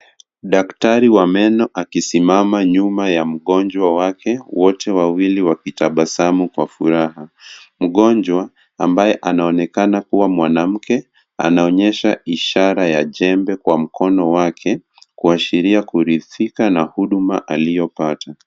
Daktari wa meno akisimama nyuma ya mgonjwa wake, wote wawili wakitabasamu kwa furaha. Mgonjwa ambaye anaonekana kuwa mwanamke anaonyesha ishara ya jembe kwa mkono wake, kuashiria kuridhika na huduma aliyopata.